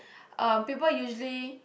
um people usually